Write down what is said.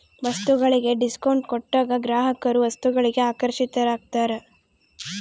ವಸ್ತುಗಳಿಗೆ ಡಿಸ್ಕೌಂಟ್ ಕೊಟ್ಟಾಗ ಗ್ರಾಹಕರು ವಸ್ತುಗಳಿಗೆ ಆಕರ್ಷಿತರಾಗ್ತಾರ